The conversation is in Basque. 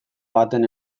baten